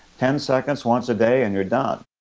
ten seconds once a day and you're done.